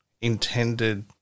intended